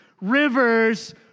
rivers